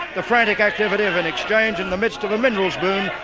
the frantic activity of an exchange in the midst of a minerals boom,